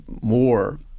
more